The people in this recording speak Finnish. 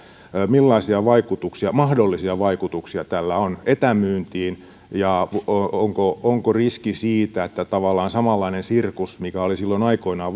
millaisia mahdollisia vaikutuksia tällä on etämyyntiin ja onko riski siitä että tavallaan samanlainen sirkus mikä oli silloin aikoinaan